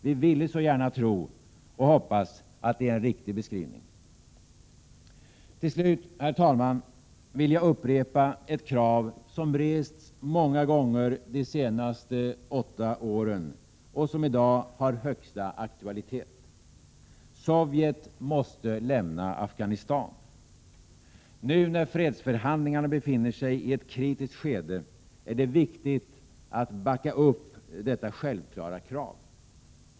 Vi ville så gärna hoppas och tro att det är en riktig beskrivning. Till slut, herr talman, vill jag upprepa ett krav som rests många gånger de senaste åtta åren och som i dag har högsta aktualitet: Sovjet måste lämna Afghanistan! Nu när fredsförhandlingarna befinner sig i ett kritiskt skede är det viktigt att backa upp detta självklara krav.